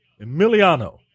Emiliano